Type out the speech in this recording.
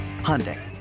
Hyundai